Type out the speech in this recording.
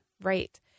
Right